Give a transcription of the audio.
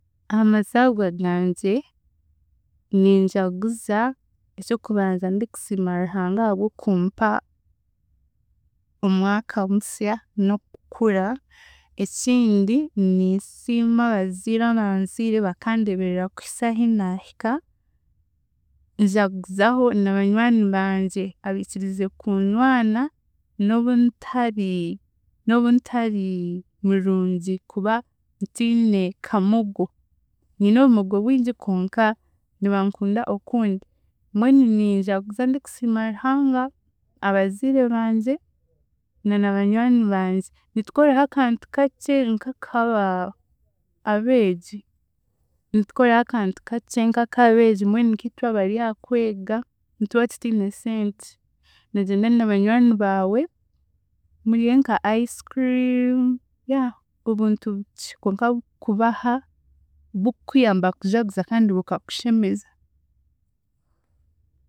Aha mazaagwa gangye, ninjaguza eky'okubanza ndikusiima Ruhanga ahabw'okumpa omwaka musya n'okukura ekindi, ninsiima abaziire abanzire bakandeeberera kuhisa ahi naahika, njaguzaho na banywani bangye abiikiriiza kunywana n'obuntari, n'obuntari murungi kuba ntiine kamogo, nyine obumogo bwingi konka nibankunda okundi, mbwenu ninjaguza ndikusiima Ruhanga, abaziire bangye na na banywani bangye. Nitukoraho akantu kakye nk'akaba abeegi, nitukoraho akantu kakye nk'akabeegi mbwenu nkiitwe abari aha kwega, nituba tutiine sente noogyenda na banywani baawe, murye nka ice cream yeah obuntu bukye konka bukubaha, bukukuyamba kujaguza kandi bukakushemeza.